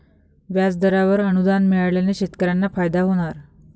व्याजदरावर अनुदान मिळाल्याने शेतकऱ्यांना फायदा होणार